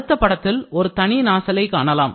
இந்தப்படத்தில் ஒரு தனி நாசிலை காணலாம்